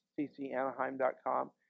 ccanaheim.com